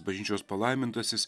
bažnyčios palaimintasis